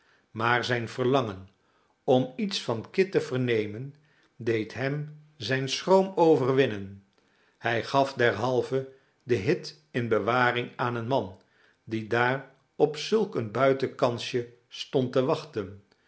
maar zijn verlangen om iets van kit te vernemen deed hem zijn schroom overwinnen hij gaf derhalve den hit in bewaring aan een man die daar op zulk een buitenkansje stond te wachten